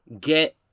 get